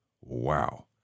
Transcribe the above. wow